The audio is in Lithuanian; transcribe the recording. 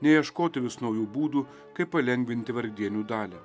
neieškoti vis naujų būdų kaip palengvinti vargdienių dalią